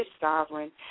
sovereign